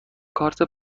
کارت